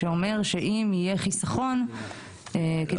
התייחסות שאומרת שאם יהיה חיסכון כתוצאה